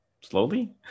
slowly